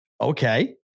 Okay